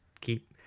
keep